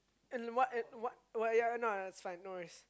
in what at what what ya not as fine no worries